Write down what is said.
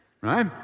Right